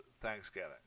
Thanksgiving